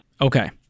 okay